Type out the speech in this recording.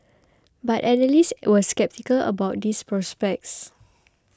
but analysts were sceptical about this prospects